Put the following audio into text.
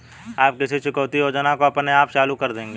आप किस चुकौती योजना को अपने आप चालू कर देंगे?